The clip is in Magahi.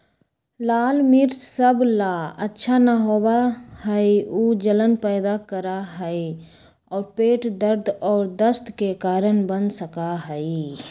लाल मिर्च सब ला अच्छा न होबा हई ऊ जलन पैदा करा हई और पेट दर्द और दस्त के कारण बन सका हई